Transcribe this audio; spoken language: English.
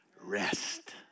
Rest